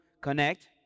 connect